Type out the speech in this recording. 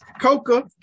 Coca